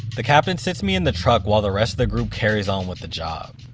the captain sits me in the truck while the rest of the group carries on with the job.